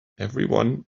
everyone